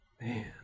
man